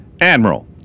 Admiral